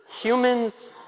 humans